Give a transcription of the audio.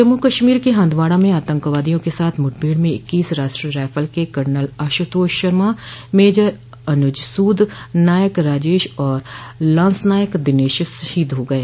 जम्मू कश्मीर के हन्दवाड़ा में आतंकवादियों के साथ मुठभेड़ में इक्कीस राष्ट्रीय रायफल के कर्नल आशुतोष शर्मा मेजर अनुज शूद नायक राजेश और लांस नायक दिनेश शहोद हो गये